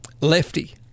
Lefty